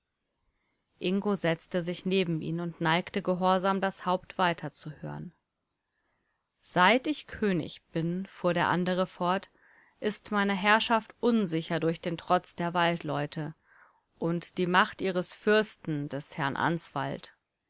ingo setzte sich neben ihn und neigte gehorsam das haupt weiter zu hören seit ich könig bin fuhr der andere fort ist meine herrschaft unsicher durch den trotz der waldleute und die macht ihres fürsten des herrn answald